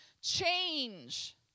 change